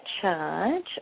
charge